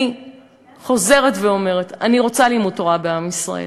אני חוזרת ואומרת: אני רוצה לימוד תורה בעם ישראל.